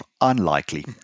Unlikely